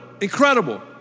incredible